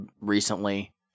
recently